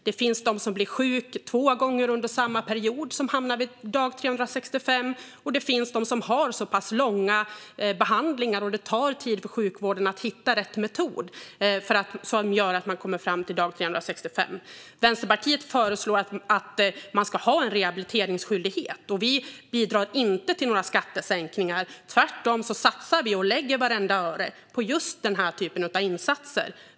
Det finns de som blir sjuka två gånger under samma period och som hamnar vid dag 365, och det finns de som har långa behandlingar där det tar tid för sjukvården att hitta rätt metod, vilket gör att de kommer fram till dag 365. Vänsterpartiet föreslår att man ska ha en rehabiliteringsskyldighet. Vi bidrar inte till några skattesänkningar. Tvärtom satsar vi och lägger vartenda öre på just den här typen av insatser.